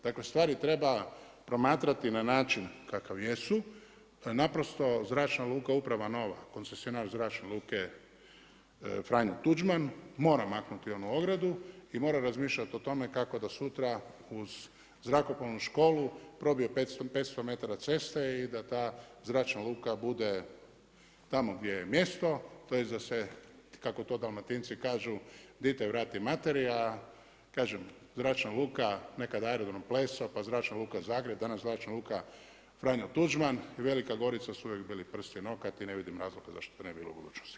Dakle stvari treba promatrati na način kakav jesu, da zračna luka uprava nova, koncesionar Zračne luke Franjo Tuđman mora maknuti onu ogradu i mora razmišljati o tome kako da sutra uz zrakoplovnu školu probije 500m ceste i da ta zračna luka bude tamo gdje joj je mjesto, a to je da se kako to Dalmatinci kažu dite vrati materi, a kažem zračna luka, nekad Aerodrom Pleso pa Zračna luka Zagreb, danas Zračna luka Franjo Tuđman i Velika Gorica su uvijek bili prst i nokat i ne vidim razloga zašto to ne bi bilo u budućnosti.